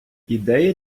ідеї